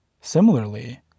Similarly